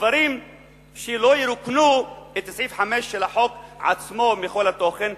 דברים שלא ירוקנו את סעיף (5) של החוק עצמו מכל תוכן,